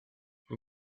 vous